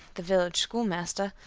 the village schoolmaster,